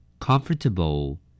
Comfortable